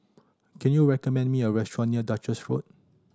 can you recommend me a restaurant near Duchess Road